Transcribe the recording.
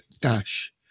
dash